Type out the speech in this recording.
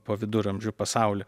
po viduramžių pasaulį